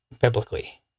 biblically